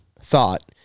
thought